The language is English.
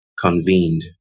convened